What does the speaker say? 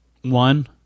one